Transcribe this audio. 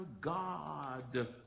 God